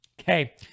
Okay